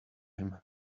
him